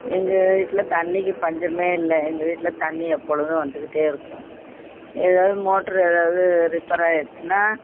எங்கள் வீட்டில் தண்ணிக்கு பஞ்சமே இல்லை எங்கள் வீட்டில் தண்ணி எப்பொழுதும் வந்துக்கிட்டே இருக்கும் ஏதாவது மோட்ரு ஏதாவது ரிப்பேர் ஆகிடுச்சின்னா